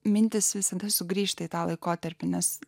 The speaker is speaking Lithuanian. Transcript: mintys visada sugrįžta į tą laikotarpį nes